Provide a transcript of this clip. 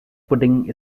pudding